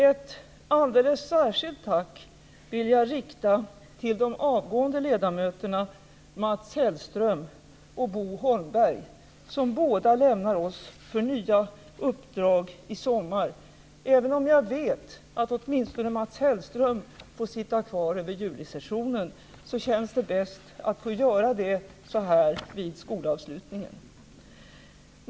Ett alldeles särskilt tack vill jag rikta till de avgående ledamöterna Mats Hellström och Bo Holmberg, som båda lämnar oss för nya uppdrag i sommar. Även om jag vet att åtminstone Mats Hellström får sitta kvar över julisessionen känns det bäst att få göra det så här vid skolavslutningen.